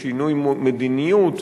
לשינוי מדיניות,